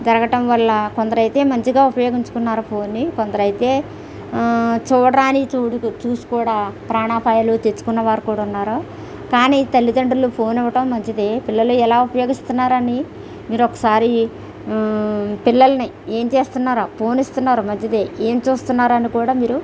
జరగటం వల్ల కొందరైతే మంచిగా ఉపయోగించుకున్నారు ఫోన్ని కొందరైతే చూడరానివి చూడు చూసి కూడా ప్రాణాపాయాలు తెచ్చుకున్న వారు కూడ ఉన్నారు కానీ తల్లిదండ్రులు ఫోన్ ఇవ్వటం మంచిదే పిల్లలు ఎలా ఉపయోగిస్తున్నారని మీరు ఒకసారి పిల్లలని ఏం చేస్తున్నారో ఫోన్ ఇస్తున్నారు మంచిదే ఏం చూస్తున్నారో అని కూడా మీరు